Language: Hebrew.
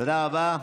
תודה רבה.